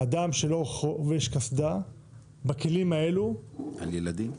על ילדים?